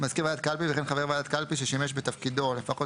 קלפי וכן חבר ועדת קלפי ששימש בתפקידו לפחות